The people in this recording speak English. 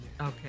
Okay